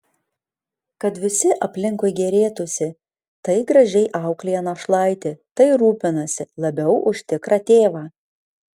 kad visi aplinkui gėrėtųsi tai gražiai auklėja našlaitį tai rūpinasi labiau už tikrą tėvą